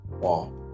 wow